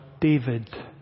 David